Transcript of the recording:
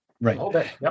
Right